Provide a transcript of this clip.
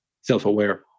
self-aware